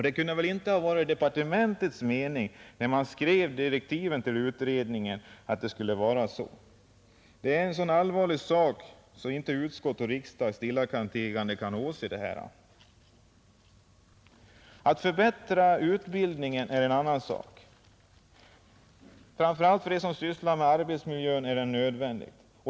Det kunde väl inte ha varit departementets mening, när man skrev direktiven till utredningen, att det skulle vara så. Det är en så allvarlig sak att inte utskott och riksdag stillatigande kan åse den. Att förbättra utbildningen är en annan sak; framför allt är detta nödvändigt för dem som sysslar med arbetsmiljön.